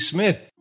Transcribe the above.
Smith